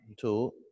two